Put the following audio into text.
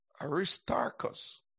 Aristarchus